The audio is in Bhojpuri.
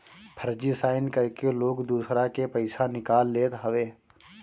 फर्जी साइन करके लोग दूसरा के पईसा निकाल लेत हवे